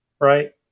right